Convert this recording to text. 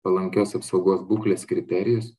palankios apsaugos būklės kriterijus